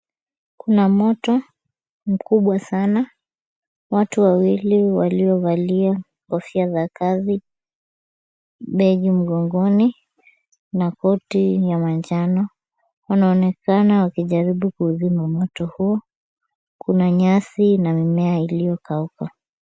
Kuna moto mkubwa sana. Watu wawili waliovalia kofia za kazi, begi mgongoni na koti ya manjano, wanaonekana wakijaribu kuuzima moto huu. Kuna nyasi na mimea iliyokauka.